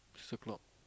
six o-clock